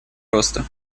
роста